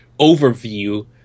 overview